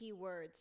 keywords